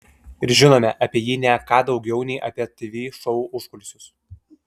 ir žinome apie jį ne ką daugiau nei apie tv šou užkulisius